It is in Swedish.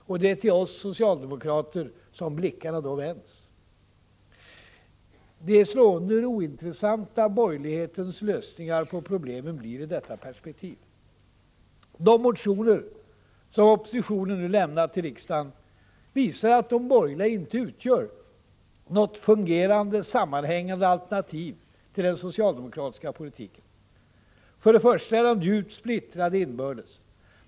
Och det är till oss socialdemokrater som blickarna då vänds. Det är slående hur ointressanta borgerlighetens lösningar på problemen og blir i detta perspektiv. De motioner som oppositionen nu lämnat till riksdagen visar att de borgerligas politik inte utgör något fungerande sammanhängande alternativ till den socialdemokratiska politiken. För det första är de djupt splittrade inbördes.